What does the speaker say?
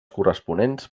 corresponents